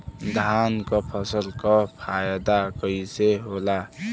धान क फसल क फायदा कईसे होला?